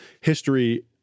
History